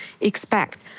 expect